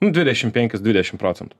nu dvidešim penkis dvidešim procentų